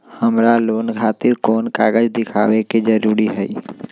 हमरा लोन खतिर कोन कागज दिखावे के जरूरी हई?